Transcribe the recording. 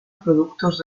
productos